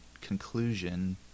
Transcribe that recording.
conclusion